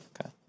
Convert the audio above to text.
Okay